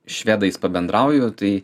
švedais pabendrauju tai